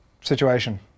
situation